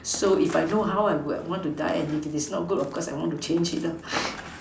so if I know how I would want to die and if it is not good of course I want to change it lah